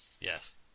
Yes